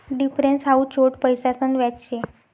difference हाऊ छोट पैसासन व्याज शे